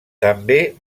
també